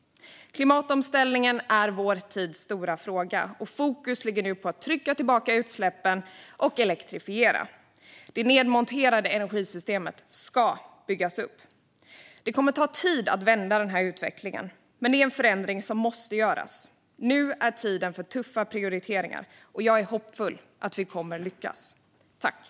Klimatomställningen är vår tids stora fråga, och fokus ligger nu på att trycka tillbaka utsläppen och elektrifiera. Det nedmonterade energisystemet ska byggas upp. Det kommer att ta tid att vända utvecklingen, men det är en förändring som måste göras. Nu är tiden för tuffa prioriteringar, och jag är hoppfull om att vi kommer att lyckas.